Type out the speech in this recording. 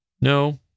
No